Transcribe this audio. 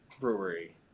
Brewery